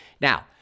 Now